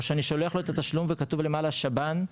או שאני שולח לו את התשלום וכתוב למעלה שב"ן,